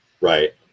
Right